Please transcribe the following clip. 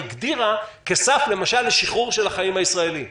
הגדירה כסף לשחרור של החיים הישראליים למשל.